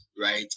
Right